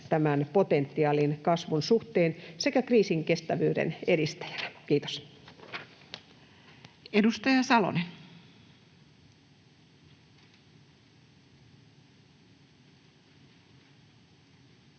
sen potentiaalin kasvun suhteen sekä kriisinkestävyyden edistäjänä. — Kiitos. [Speech 159]